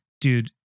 Dude